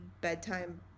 bedtime